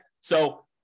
So-